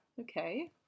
okay